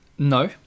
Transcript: No